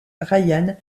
ryan